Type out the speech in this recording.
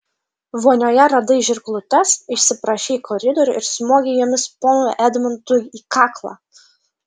vonioje radai žirklutes išsiprašei į koridorių ir smogei jomis ponui edmundui į kaklą